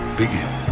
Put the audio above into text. begin